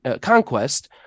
conquest